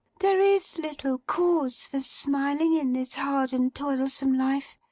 there is little cause for smiling in this hard and toilsome life,